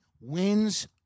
wins